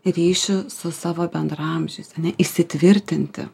ryšį su savo bendraamžiais ane įsitvirtinti